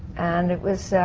and it was.